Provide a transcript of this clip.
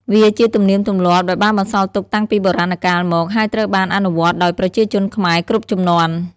វាជាទំនៀមទម្លាប់ដែលបានបន្សល់ទុកតាំងពីបុរាណកាលមក ហើយត្រូវបានអនុវត្តដោយប្រជាជនខ្មែរគ្រប់ជំនាន់។